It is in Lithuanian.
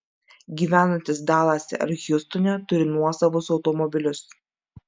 gyvenantys dalase ar hjustone turi nuosavus automobilius